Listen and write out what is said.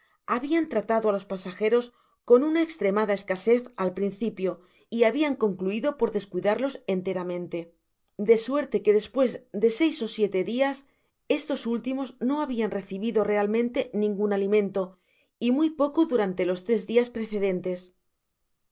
habian tratado á los pasajeros con una estremada escasez al principio y habian concluido por descuidarlos enteramente de suerte qne despues de seis ó siete dias estos últimos no habian recibido realmente ningun alimento y muy poco únicamente durante los tres dias precedentes la